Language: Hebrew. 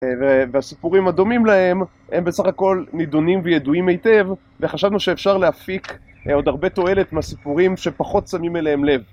והסיפורים הדומים להם הם בסך הכל נידונים וידועים היטב וחשבנו שאפשר להפיק עוד הרבה תועלת מהסיפורים שפחות שמים אליהם לב